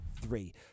three